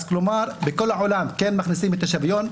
כלומר בכל העולם כן מכניסים את השוויון,